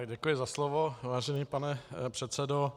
Děkuji za slovo, vážený pane předsedo.